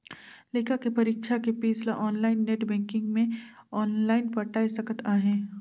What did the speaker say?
लइका के परीक्षा के पीस ल आनलाइन नेट बेंकिग मे आनलाइन पटाय सकत अहें